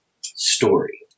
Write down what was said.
story